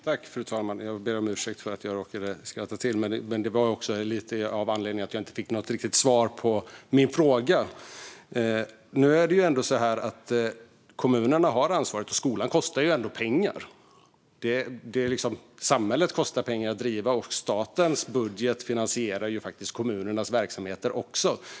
Fru talman! Jag ber om ursäkt för att jag råkade skratta till, men anledningen var lite grann att jag inte fick något riktigt svar på min fråga. Nu är det ändå så att kommunerna har ansvaret och att skolan kostar pengar. Samhället kostar pengar att driva, och statens budget finansierar ju faktiskt kommunernas verksamheter också.